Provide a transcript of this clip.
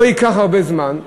לא ייקח הרבה זמן,